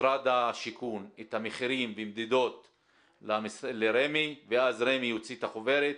משרד השיכון את המחירים ומדידות לרמ"י ואז רמ"י יוציא את החוברת.